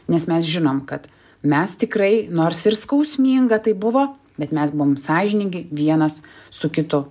nes mes žinom kad mes tikrai nors ir skausminga tai buvo bet mes buvom sąžiningi vienas su kitu